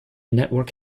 network